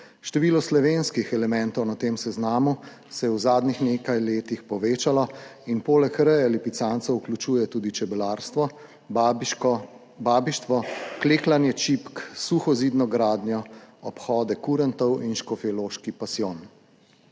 Število slovenskih elementov na tem seznamu se je v zadnjih nekaj letih povečalo in poleg reje lipicancev vključuje tudi čebelarstvo, babištvo, klekljanje čipk, suhozidno gradnjo, obhode kurentov in Škofjeloški pasijon.